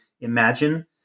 imagine